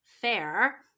fair